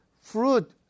fruit